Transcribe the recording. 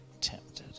tempted